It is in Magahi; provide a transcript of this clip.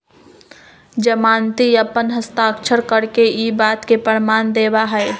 जमानती अपन हस्ताक्षर करके ई बात के प्रमाण देवा हई